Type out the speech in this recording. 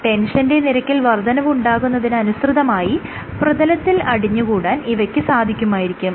ടെൻഷന്റെ നിരക്കിൽ വർദ്ധനവുണ്ടാകുന്നതിന് അനുസൃതമായി പ്രതലത്തിൽ അടിഞ്ഞ് കൂടാൻ ഇവയ്ക്ക് സാധിക്കുമായിരിക്കും